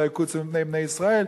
ויקוצו מפני בני ישראל,